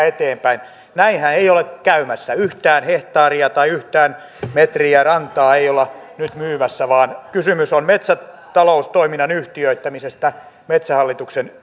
eteenpäin näinhän ei ole käymässä yhtään hehtaaria tai yhtään metriä rantaa ei olla nyt myymässä vaan kysymys on metsätaloustoiminnan yhtiöittämisestä metsähallituksen